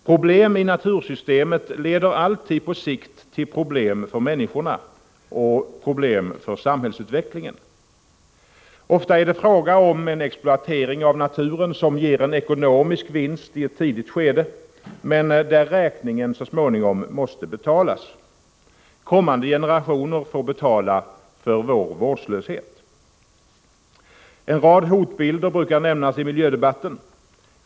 Problem i natursystemet leder alltid på sikt till problem för människorna och problem för samhällsutvecklingen. Ofta är det fråga om en exploatering av naturen som ger en ekonomisk vinst i ett tidigt skede men en räkning som så småningom måste betalas. Kommande generationer får betala för vår vårdslöshet. En rad hotbilder brukar nämnas i miljödebatten.